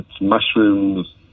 mushrooms